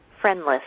friendless